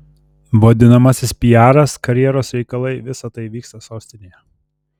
vadinamasis piaras karjeros reikalai visa tai vyksta sostinėje